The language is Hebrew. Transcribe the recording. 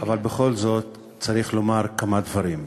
אבל בכל זאת צריך לומר כמה דברים: